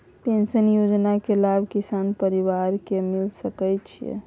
Pension योजना के लाभ किसान परिवार के मिल सके छिए?